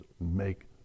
make